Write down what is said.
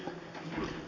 kiitos